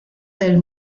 del